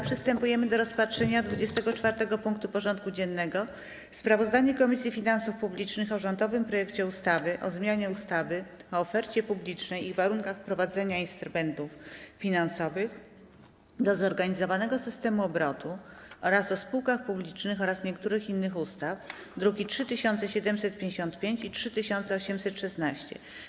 Przystępujemy do rozpatrzenia punktu 24. porządku dziennego: Sprawozdanie Komisji Finansów Publicznych o rządowym projekcie ustawy o zmianie ustawy o ofercie publicznej i warunkach wprowadzania instrumentów finansowych do zorganizowanego systemu obrotu oraz o spółkach publicznych oraz niektórych innych ustaw (druki nr 3755 i 3816)